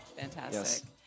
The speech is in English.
Fantastic